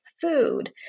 food